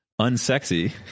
unsexy